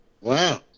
Wow